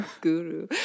guru